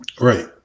Right